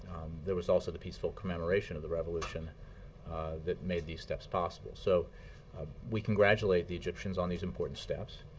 there was also the peaceful commemoration of the revolution that made these steps possible. so we congratulate the egyptians on these important steps